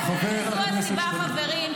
חברים,